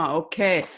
okay